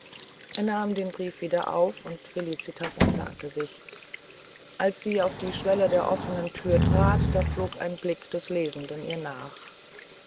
er nahm den brief wieder auf und felicitas entfernte sich als sie auf die schwelle der offenen thür trat da flog ein blick des lesenden ihr nach